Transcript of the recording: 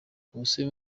komisiyo